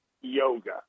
yoga